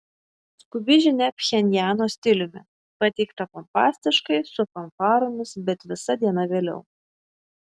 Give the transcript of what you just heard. skubi žinia pchenjano stiliumi pateikta pompastiškai su fanfaromis bet visa diena vėliau